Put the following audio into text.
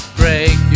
break